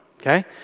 okay